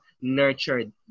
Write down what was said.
nurtured